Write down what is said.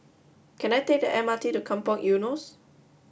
can I take the M R T to Kampong Eunos